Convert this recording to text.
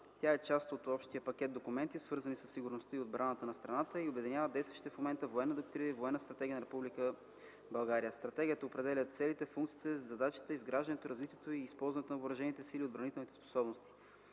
Тя е част от общия пакет документи, свързани със сигурността и отбраната на страната и обединява действащите в момента Военна доктрина и Военна стратегия на Република България. Стратегията определя целите, функциите, задачите, изграждането, развитието и използването на въоръжените сили и отбранителните способности.